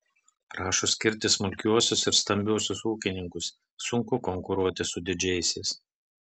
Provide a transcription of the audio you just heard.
prašo skirti smulkiuosius ir stambiuosius ūkininkus sunku konkuruoti su didžiaisiais